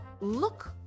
look